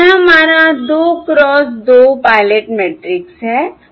तो यह हमारा 2 क्रॉस 2 पायलट मैट्रिक्स है